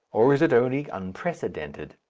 or is it only unprecedented?